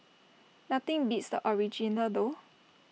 nothing beats the original though